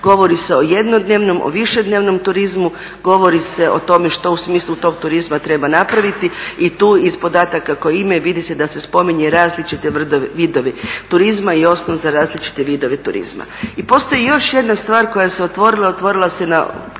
govori se o jednodnevnom, o višednevnom turizmu, govori se o tome što su u smislu tog turizma treba napraviti i tu iz podataka koje ima i vidi se da se spominje različite vidove turizma i osnov za različite vidove turizma. I postoji još jedna stvar koja se otvorila, otvorila se kao